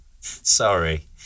Sorry